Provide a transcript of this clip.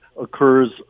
occurs